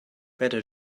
better